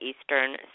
Eastern